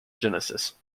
genesis